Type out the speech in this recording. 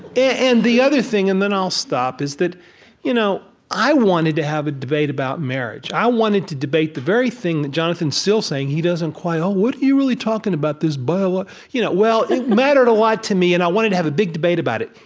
and the other thing and then i'll stop is that you know i wanted to have a debate about marriage. i wanted to debate the very thing that jonathan's still saying he doesn't quite um what are you really talking about? this but biological you know. well, it mattered a lot to me, and i wanted to have a big debate about it.